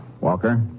Walker